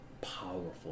powerful